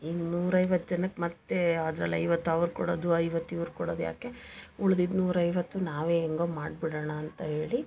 ಇನ್ನೂ ನೂರೈವತ್ತು ಜನಕ್ಕೆ ಮತ್ತು ಅದ್ರಲ್ಲಿ ಐವತ್ತು ಅವ್ರು ಕೊಡೋದು ಐವತ್ತು ಇವ್ರು ಕೊಡೋದು ಯಾಕೆ ಉಳ್ದಿದ್ದು ನೂರೈವತ್ತು ನಾವೇ ಹೆಂಗೋ ಮಾಡ್ಬಿಡೋಣ ಅಂತ ಹೇಳಿ